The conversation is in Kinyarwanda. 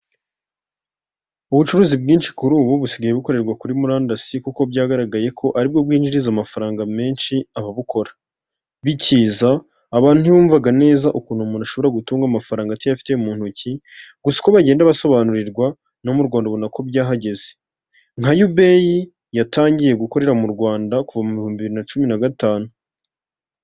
Ubucuruzi bwinshi kuri ubu busigaye bukorerwa kuri murandasi kuko byagaragaye ko ari bwo bwinjiriza amafaranga menshi ababukora. Bikiza, abantu ntibumvaga neza ukuntu umuntu ashobora gutunga amafaranga atayafite mu ntoki, gusa uko bagenda basobanurirwa no mu Rwanda ubona ko byahagezeze. Nka Yubeyi yatangiye gukorera mu Rwanda kuva mu bihumbi bibiri na cumi na gatanu.